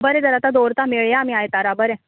बरें तर आतां दवरता मेळयां आमी आयतारा बरें